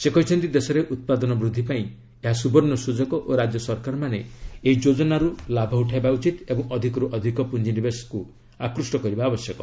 ସେ କହିଛନ୍ତି ଦେଶରେ ଉତ୍ପାଦନ ବୃଦ୍ଧି କରିବା ପାଇଁ ଏହା ସୁବର୍ଣ୍ଣ ସୁଯୋଗ ଓ ରାଜ୍ୟ ସରକାରମାନେ ଏହି ଯୋଜନାର ଲାଭ ଉଠାଇବା ଉଚିତ ଏବଂ ଅଧିକର୍ ଅଧିକ ପୁଞ୍ଜି ନିବେଶ ଆକୃଷ୍ଟ କରିବା ଦରକାର